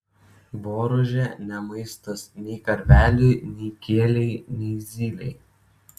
boružė ne maistas nei karveliui nei kielei nei zylei